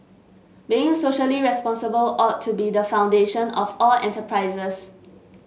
being socially responsible ought to be the foundation of all enterprises